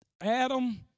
Adam